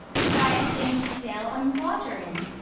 why, a thing to sail on the water in.